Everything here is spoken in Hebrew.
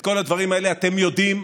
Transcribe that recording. את כל הדברים האלה אתם יודעים,